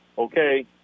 Okay